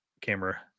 camera